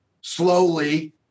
slowly